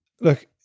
Look